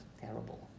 terrible